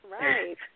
Right